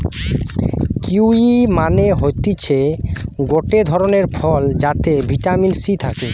kiwi মানে হতিছে গটে ধরণের ফল যাতে ভিটামিন সি থাকে